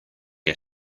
que